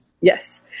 Yes